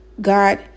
God